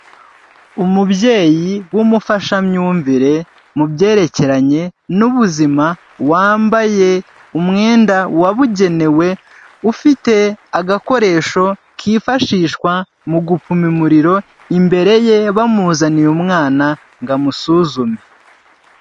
Umubyeyi w'umufashamyumvire mu byerekeranye n'ubuzima, wambaye umwenda wabugenewe, ufite agakoresho kifashishwa mu gupima umuriro, imbere ye bamuzaniye umwana ngo amusuzume.